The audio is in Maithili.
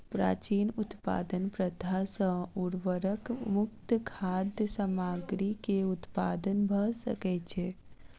प्राचीन उत्पादन प्रथा सॅ उर्वरक मुक्त खाद्य सामग्री के उत्पादन भ सकै छै